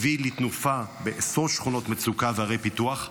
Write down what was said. הביא לתנופה בעשרות שכונות מצוקה וערי פיתוח,